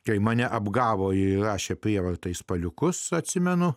jei mane apgavo ji rašė prievartai spaliukus atsimenu